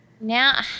Now